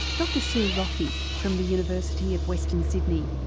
dr sue roffey, from the university of western sydney,